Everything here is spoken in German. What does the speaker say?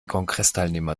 kongressteilnehmer